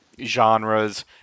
genres